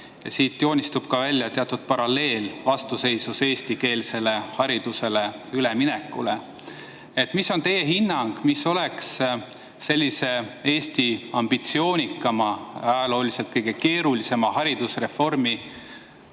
Siit joonistub välja teatud paralleel vastuseisus eestikeelsele haridusele üleminekule. Mis on teie hinnang, mis oleks sellise ambitsioonika ja ajalooliselt kõige keerulisema haridusreformi